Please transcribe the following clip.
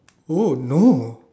oh no